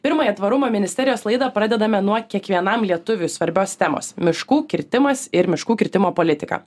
pirmąją tvarumo ministerijos laidą pradedame nuo kiekvienam lietuviui svarbios temos miškų kirtimas ir miškų kirtimo politika